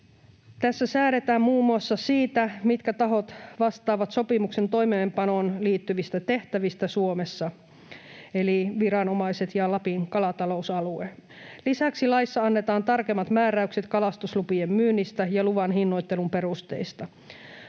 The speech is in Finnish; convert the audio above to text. Tässä säädetään muun muassa siitä, mitkä tahot vastaavat sopimuksen toimeenpanoon liittyvistä tehtävistä Suomessa — eli viranomaiset ja Lapin kalatalousalue. Lisäksi laissa annetaan tarkemmat määräykset kalastuslupien myynnistä ja luvan hinnoittelun perusteista.